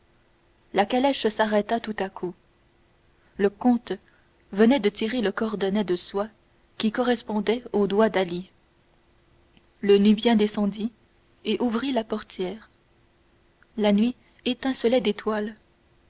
la calèche s'arrêta tout à coup le comte venait de tirer le cordonnet de soie qui correspondait au doigt d'ali le nubien descendit et ouvrit la portière la nuit étincelait d'étoiles